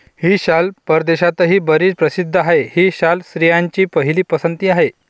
ही शाल परदेशातही बरीच प्रसिद्ध आहे, ही शाल स्त्रियांची पहिली पसंती आहे